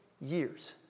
years